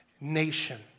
nation